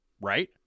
right